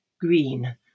green